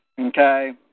okay